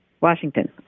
Washington